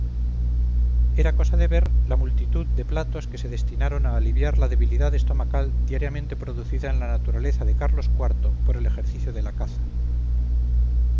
era cosa de ver la multitud de platos que se destinaron a aliviar la debilidad estomacal diariamente producida en la naturaleza de carlos iv por el ejercicio de la caza